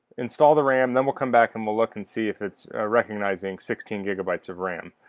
install the ram then we'll come back and we'll look and see if it's recognizing sixteen gigabytes of ram